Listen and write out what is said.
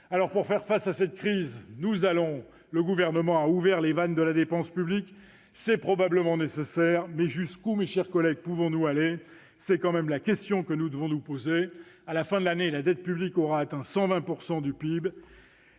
pour faire face à cette crise, le Gouvernement a ouvert les vannes de la dépense publique. C'est probablement nécessaire, mais jusqu'où, mes chers collègues, pouvons-nous aller ? C'est quand même la question que nous devons nous poser. À la fin de l'année, la dette publique aura atteint 120 % du PIB.